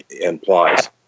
implies